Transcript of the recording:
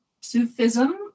Sufism